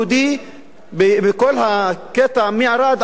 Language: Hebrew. בכל הקטע מערד עד חורה,